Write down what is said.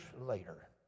later